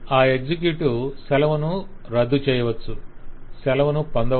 ఆ ఎగ్జిక్యూటివ్ సెలవును రద్దు చేయవచ్చు సెలవును పొందవచ్చు